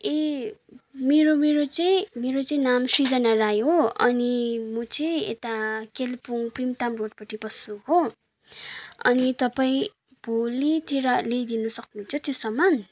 ए मेरो मेरो चाहिँ मेरो चाहिँ नाम सृजना राई हो अनि म चाहिँ यता कालिम्पोङ प्रिमताम रोडपट्टि बस्छु हो अनि तपाईँ भोलितिर ल्याइदिनु सक्नुहुन्छ त्यो सामान